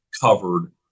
covered